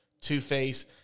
Two-Face